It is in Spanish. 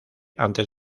antes